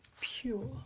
pure